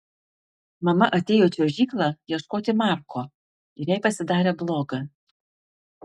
mama atėjo į čiuožyklą ieškoti marko ir jai pasidarė bloga